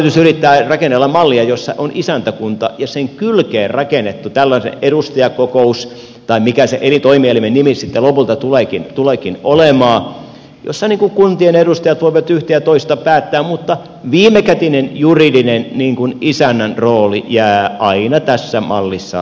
hallitus yrittää rakennella mallia jossa on isäntäkunta ja sen kylkeen rakennettu tällainen edustajakokous tai mikä sen toimielimen nimi sitten lopulta tuleekin olemaan jossa kuntien edustajat voivat yhtä ja toista päättää mutta viimekätinen juridinen isännän rooli jää aina tässä mallissa sille isäntäkunnalle